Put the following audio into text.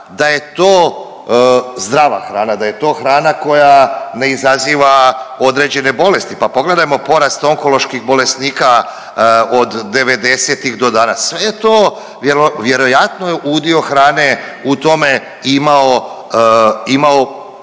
da je to zdrava hrana, da je to hrana koja ne izaziva određene bolesti. Pa pogledajmo porast onkoloških bolesnika od '90.-tih do danas, sve je to vjerojatno je udio hrane u tome imamo,